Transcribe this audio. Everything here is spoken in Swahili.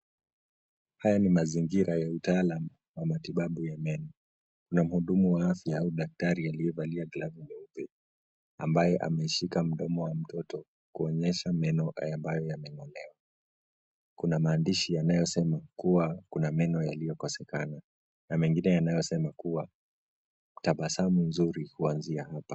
Haya ni mazingira ya utaalamu wa matibabu ya meno, na mhudumu wa afya daktari aliyevalia glovu nyeupe, ambaye ameshika mdomo wa mtoto, kuonyesha meno ambayo yamengolewa. Kuna maandishi yanayosema kuwa kuna meno yaliyokosekana, na mengine yanayosema kuwa tabasamu nzuri huanzia hapa.